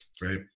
right